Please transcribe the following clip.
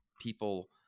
people